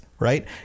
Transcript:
Right